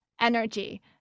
energy